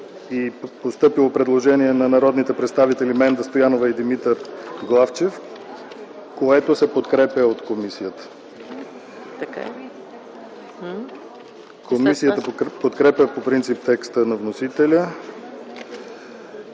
постъпило предложение на народните представители Менда Стоянова и Димитър Главчев, което се подкрепя от комисията. Комисията подкрепя по принцип текста на вносителя